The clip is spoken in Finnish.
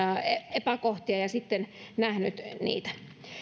epäkohtia ja nähnyt niitä